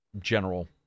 general